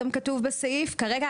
כרגע,